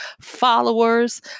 followers